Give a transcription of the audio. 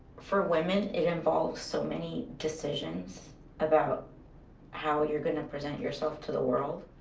for women, it involves so many decisions about how you're gonna present yourself to the world.